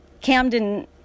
Camden